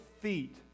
feet